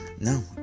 No